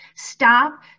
stop